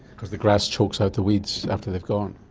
because the grass chokes out the weeds after they've gone.